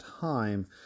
time